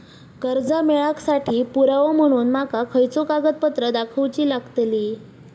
कर्जा मेळाक साठी पुरावो म्हणून माका खयचो कागदपत्र दाखवुची लागतली?